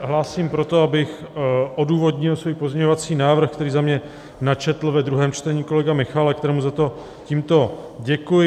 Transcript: Hlásím se proto, abych odůvodnil svůj pozměňovací návrh, který za mě načetl ve druhém čtení kolega Michálek, kterému za to tímto děkuji.